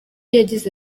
yagize